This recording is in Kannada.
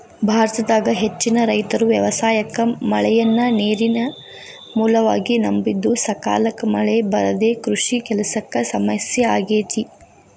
ಭಾರತದಾಗ ಹೆಚ್ಚಿನ ರೈತರು ವ್ಯವಸಾಯಕ್ಕ ಮಳೆಯನ್ನ ನೇರಿನ ಮೂಲವಾಗಿ ನಂಬಿದ್ದುಸಕಾಲಕ್ಕ ಮಳೆ ಬರದೇ ಕೃಷಿ ಕೆಲಸಕ್ಕ ಸಮಸ್ಯೆ ಆಗೇತಿ